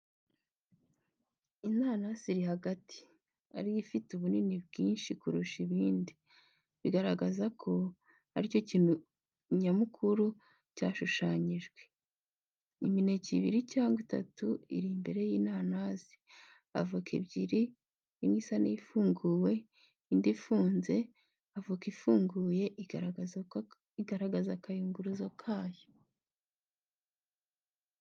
Inanasi iri hagati, ari yo ifite ubunini bwinshi kurusha ibindi, bigaragaza ko ari cyo kintu nyamukuru cyashushanyijwe. Imineke ibiri cyangwa itatu iri imbere y’inanasi. Avoka ebyiri: imwe isa n’ifunguwe, indi ifunze. Avoka ifunguye igaragaza akayunguruzo kayo.